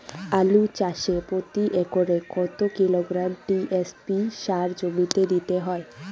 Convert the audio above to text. আলু চাষে প্রতি একরে কত কিলোগ্রাম টি.এস.পি সার জমিতে দিতে হয়?